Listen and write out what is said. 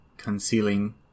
Concealing